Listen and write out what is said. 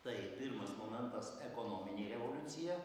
tai pirmas momentas ekonominė revoliucija